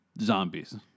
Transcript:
zombies